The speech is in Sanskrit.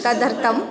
तदर्थम्